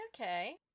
Okay